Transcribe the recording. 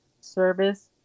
service